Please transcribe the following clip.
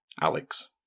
Alex